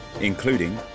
including